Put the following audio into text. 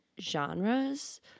genres